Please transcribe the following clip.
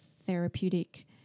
therapeutic